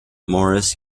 morris